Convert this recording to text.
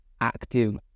active